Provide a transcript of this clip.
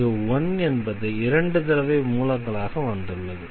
இங்கு 1 என்பது இரண்டு தடவை மூலங்களாக வந்துள்ளது